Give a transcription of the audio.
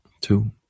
two